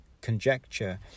conjecture